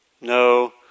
No